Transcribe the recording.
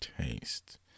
taste